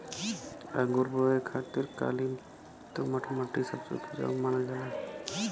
अंगूर बोए खातिर काली दोमट मट्टी सबसे उपजाऊ मानल जाला